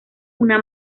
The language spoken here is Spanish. una